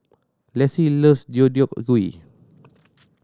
Lacy loves Deodeok Gui